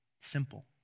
Simple